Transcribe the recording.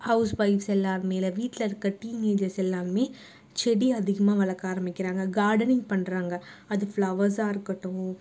house wives எல்லாரும் மேலே வீட்டில் இருக்க டீனேஜர்ஸ் எல்லாருமே செடி அதிகமாக வளர்க்க ஆரம்மிக்கிறாங்க கார்டனிங் பண்றாங்க அது ஃப்ளவர்ஸாக இருக்கட்டும்